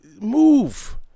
move